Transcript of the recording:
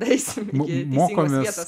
daeisim iki teisingos vietos